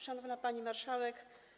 Szanowna Pani Marszałek!